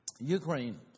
Ukraine